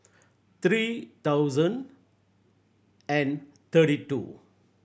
three thousand and thirty two